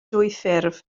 dwyffurf